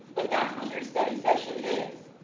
but that's what your study session is,